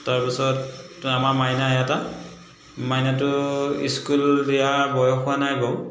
তাৰ পিছত আমাৰ মাইনা এটা মাইনাটো স্কুল দিয়াৰ বয়স হোৱা নাই বাৰু